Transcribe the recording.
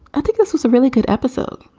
i think this was a really good episode.